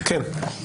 כן.